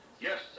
Yes